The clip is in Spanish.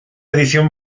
edición